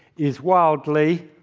is wildly,